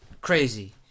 Crazy